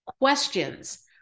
questions